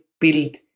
build